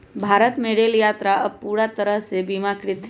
भारत में रेल यात्रा अब पूरा तरह से बीमाकृत हई